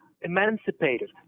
emancipated